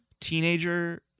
teenager